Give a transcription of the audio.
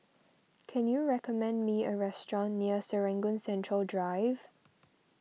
can you recommend me a restaurant near Serangoon Central Drive